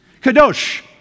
Kadosh